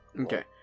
Okay